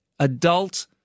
adult